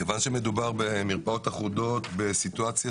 כיוון שמדובר במרפאות אחודות בסיטואציה